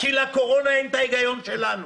כי לקורונה אין את ההיגיון שלנו